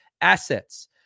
assets